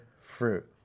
fruit